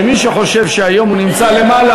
שמי שחושב שהיום הוא נמצא למעלה,